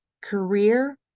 career